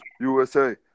USA